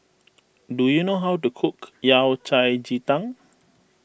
do you know how to cook Yao Cai Ji Tang